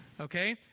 okay